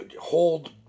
hold